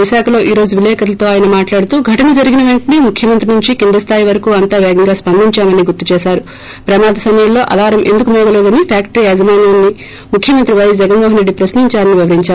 విశాఖలో ఈ రోజు విలేకరులతో ఆయన మాట్లాడుతూ ఘటన జరిగిన పెంటనే ముఖ్యమంత్రి నుంచి కింది స్లాయి వరకు అంతా పేగంగా స్సందించామని గుర్తుచేశారు ప్రమాద సమయంలో అలారం ఎందుకు మోగలేదని ఫ్యాక్టరీ యాజమాన్యాన్సి ముఖ్యమంత్రి వైఎస్ జగన్మోహన్రెడ్డి ప్రశ్నించారని వివరించారు